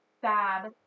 sad